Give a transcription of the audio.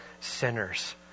sinners